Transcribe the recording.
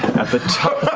at the top